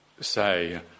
say